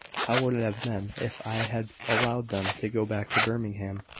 how would it have been, if i had allowed them to go back to birmingham,